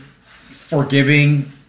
forgiving